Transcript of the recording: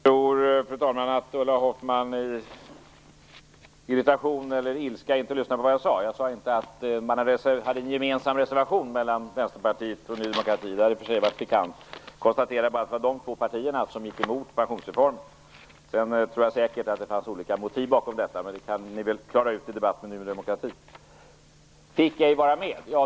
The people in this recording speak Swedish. Fru talman! Jag tror att Ulla Hoffmanns irritation och ilska beror på att hon inte lyssnade på vad jag sade. Jag sade inte att man hade en gemensam reservation mellan Vänsterpartiet och Ny demokrati. Jag konstaterade bara att det var dessa två partier som gick mot pensionsreformen. Jag tror säkert att det fanns olika motiv bakom, men det kan vi klara ut i en debatt med Ny demokrati. Fick ej vara med, säger Ulla Hoffmann.